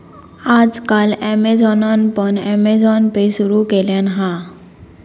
आज काल ॲमेझॉनान पण अँमेझॉन पे सुरु केल्यान हा